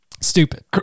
Stupid